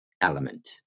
element